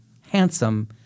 handsome